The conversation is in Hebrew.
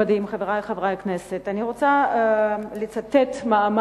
חבר הכנסת חסון, חכה, יש אנשים שנרשמו קודם.